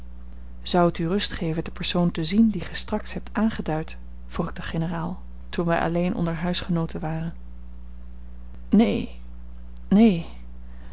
zou het u rust geven den persoon te zien dien ge straks hebt aangeduid vroeg ik den generaal toen wij alleen onder huisgenooten waren neen neen